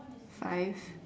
five